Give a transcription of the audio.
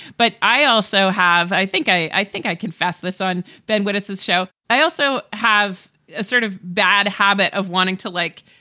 but i also have i think i think i confessed this on bandwidths, his show i also have a sort of bad habit of wanting to, like,